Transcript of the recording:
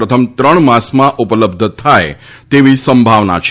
પ્રથમ ત્રણ માસમાં ઉપલબ્ધ થાય તેવી સંભાવના છે